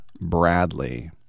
Bradley